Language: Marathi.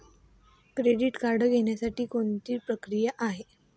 क्रेडिट कार्ड घेण्यासाठी कोणती प्रक्रिया आहे?